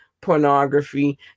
pornography